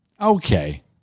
Okay